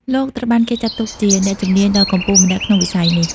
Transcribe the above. លោកត្រូវបានគេចាត់ទុកជាអ្នកជំនាញដ៏កំពូលម្នាក់ក្នុងវិស័យនេះ។